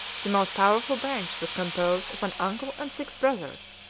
the most powerful branch was composed of an uncle and six bothers,